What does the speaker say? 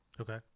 okay